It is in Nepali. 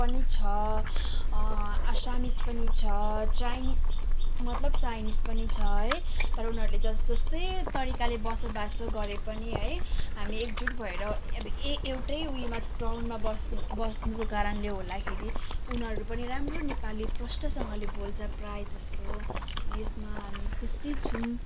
पनि छ आसामिस पनि छ चाइनिस मतलब चाइनिस पनि छ है तर उनीहरूले जस्तै तरिकाले बसोबासो गरे पनि है हामी एकजुट भएर अब ए एउटै उयोमा टाउनमा बस्नु बस्नुको कारणले होला फेरि उनीहरू पनि राम्रो नेपाली प्रष्टसँग बोल्छ प्राय जस्तो यसमा हामी खुसी छौँ